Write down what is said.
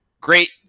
great